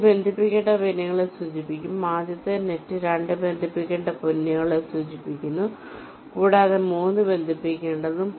ഇത് ബന്ധിപ്പിക്കേണ്ട പിന്നുകളെ സൂചിപ്പിക്കും ആദ്യത്തെ നെറ്റ് 2 ബന്ധിപ്പിക്കേണ്ട പിന്നുകളെ സൂചിപ്പിക്കുന്നു കൂടാതെ 3 ബന്ധിപ്പിക്കേണ്ടതും